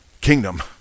kingdom